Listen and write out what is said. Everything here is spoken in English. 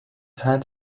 had